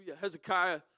Hezekiah